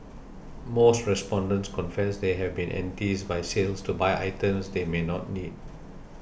most respondents confess they have been enticed by sales to buy items they may not need